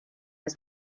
his